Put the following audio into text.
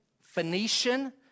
Phoenician